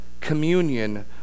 communion